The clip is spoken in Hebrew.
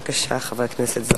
בבקשה, חבר הכנסת זחאלקה.